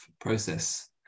process